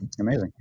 Amazing